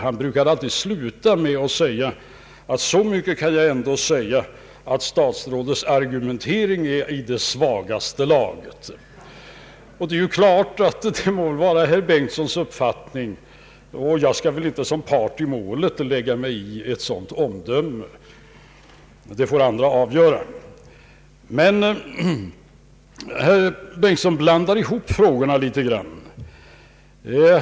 Han brukade alltid sluta sina anföranden med följande ord: ”Så mycket kan jag ändå säga att statsrådets argumentering är i svagaste laget.” Det må väl nu vara herr Bengtsons uppfattning, och jag skall inte som part i målet lägga mig i ett sådant omdöme. Det får andra göra. Men herr Bengtson blandar ihop frågorna.